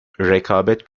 rekabet